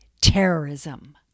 terrorism